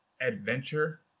adventure